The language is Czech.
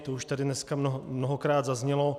To už tady dneska mnohokrát zaznělo.